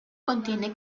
contiene